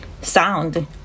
sound